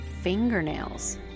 fingernails